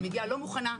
אני מגיעה לא מוכנה,